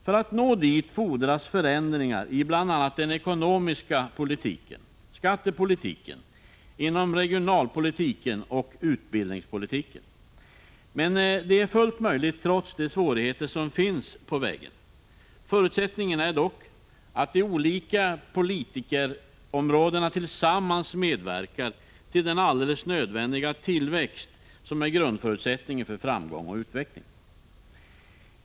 För att vi skall nå dit fordras förändringar i bl.a. den ekonomiska politiken, skattepolitiken, regionalpolitiken och utbildningspolitiken. Men det är fullt möjligt, trots de svårigheter som finns på vägen. Förutsättningen är dock att de olika politikerområdena tillsammans medverkar till den alldeles nödvändiga tillväxt som är grundförutsättningen för framgång och utveckling.